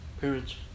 parents